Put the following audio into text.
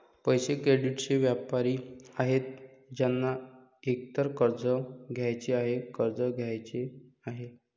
पैसे, क्रेडिटचे व्यापारी आहेत ज्यांना एकतर कर्ज घ्यायचे आहे, कर्ज द्यायचे आहे